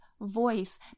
voice